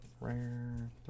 rare